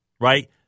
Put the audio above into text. right